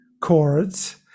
chords